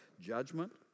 judgment